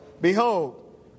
behold